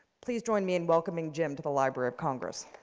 please join me in welcoming jim to the library of congress.